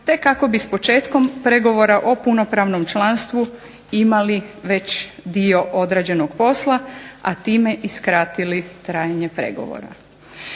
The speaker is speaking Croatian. te kako bi s početkom pregovora o punopravnom članstvu imali već dio odrađenog posla, a time i skratili trajanje pregovora.